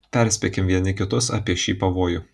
perspėkim vieni kitus apie šį pavojų